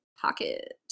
pocket